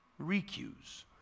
recuse